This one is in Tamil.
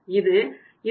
இது 22